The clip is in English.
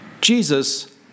Jesus